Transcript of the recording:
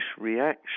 reaction